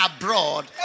abroad